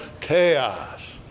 chaos